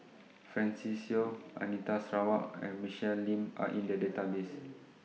Francis Seow Anita Sarawak and Michelle Lim Are in The Database